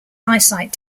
eyesight